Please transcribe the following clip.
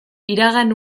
iragan